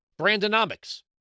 Brandonomics